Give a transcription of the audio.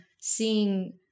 seeing